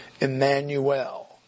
Emmanuel